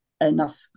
enough